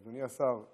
אדוני השר,